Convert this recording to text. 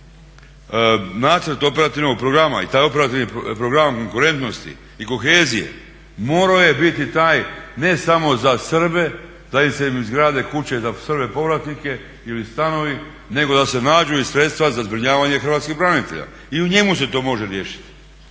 Nacrt operativnog programa i taj operativni program …/Govornik se ne razumije./… i kohezije morao je biti taj ne samo za Srbe da im se izgrade kuće i za Srbe povratnike ili stanovi, nego da se nađu i sredstva za zbrinjavanje hrvatskih branitelja. I u njemu se to može riješiti,